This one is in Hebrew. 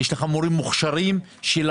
יש לך מורים מוכשרים שלמדו,